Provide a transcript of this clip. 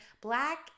black